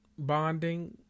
Bonding